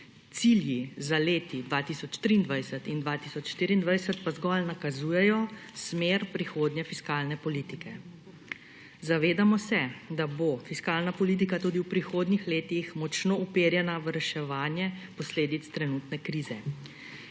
cilji za leti 2023 in 2024 pa zgolj nakazujejo smer prihodnje fiskalne politike. Zavedamo se, da bo fiskalna politika tudi v prihodnjih letih močno uperjena v reševanje posledic trenutne krize.